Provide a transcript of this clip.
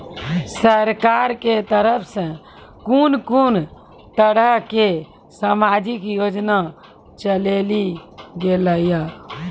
सरकारक तरफ सॅ कून कून तरहक समाजिक योजना चलेली गेलै ये?